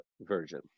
version